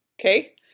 Okay